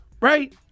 right